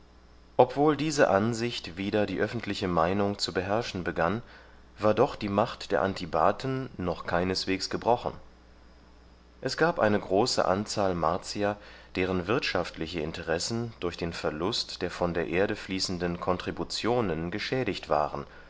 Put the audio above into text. obwohl diese ansicht wieder die öffentliche meinung zu beherrschen begann war doch die macht der antibaten noch keineswegs gebrochen es gab eine große anzahl martier deren wirtschaftliche interessen durch den verlust der von der erde fließenden kontributionen geschädigt waren